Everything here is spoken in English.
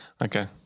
Okay